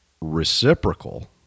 reciprocal